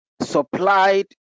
supplied